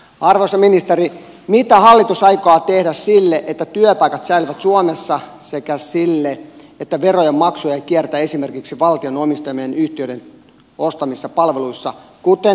arvoisa ministeri mitä hallitus aikoo tehdä sille että työpaikat säilyvät suomessa sekä sille että verojen maksua ei kierretä esimerkiksi valtion omistamien yhtiöiden ostamissa palveluissa kuten työterveyspalveluissa